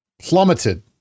plummeted